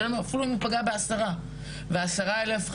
אפילו אם הוא פגע ב-10 וה-10 האלה אחר